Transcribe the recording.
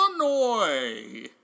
Illinois